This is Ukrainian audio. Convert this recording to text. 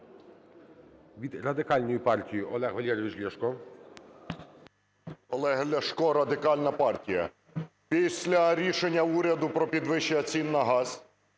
Від Радикальної партії Олег Валерійович Ляшко. 10:45:05 ЛЯШКО О.В. Олег Ляшко, Радикальна партія. Після рішення уряду про підвищення цін на газ